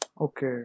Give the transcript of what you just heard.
Okay